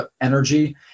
energy